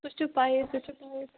سُہ چھُ پَیی سُہ چھُ